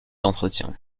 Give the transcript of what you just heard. d’entretien